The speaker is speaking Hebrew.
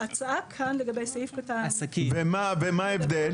ההצעה כאן לגבי סעיף קטן --- ומה, מה ההבדל?